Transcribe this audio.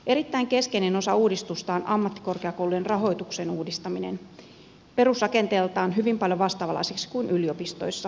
erittäin keskeinen osa uudistusta on ammattikorkeakoulujen rahoituksen uudistaminen perusrakenteeltaan hyvin paljon vastaavanlaiseksi kuin yliopistoissa